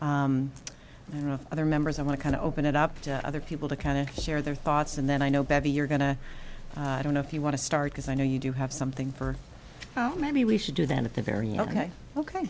beginning other members i want to kind of open it up to other people to kind of share their thoughts and then i know better you're going to don't know if you want to start because i know you do have something for oh maybe we should do that at the very ok ok